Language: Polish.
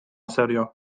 serio